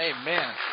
amen